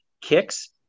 kicks